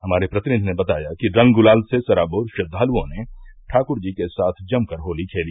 हमारे प्रतिनिधि ने बताया कि रंग गुलाल से सराबोर श्रद्वालुओं ने ठाकुरजी के साथ जमकर होली खेली